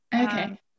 okay